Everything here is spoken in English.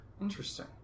Interesting